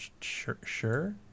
Sure